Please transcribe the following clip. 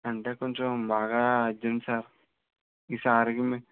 అంటే కొంచెం బాగా అర్జెంట్ సార్ ఈసారికి మీ